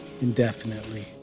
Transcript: indefinitely